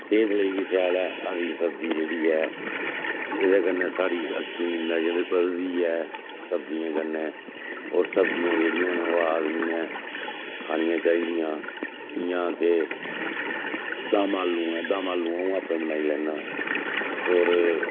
सेह्त लेई बी शैल ऐ हरी सब्जी जेह्ड़ी ऐ एह्दे कन्नै साढ़ी अक्खियें दी नजर बधदी ऐ सब्जियें कन्नै होर सब्जियां जेह्ड़ियां न ओह् आदमी ने खानियां चाहिदियां इयां के दमआलूं ऐ दमआलूं आऊं आपूं बनाई लैन्ना होर